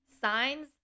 Signs